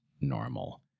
normal